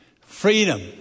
freedom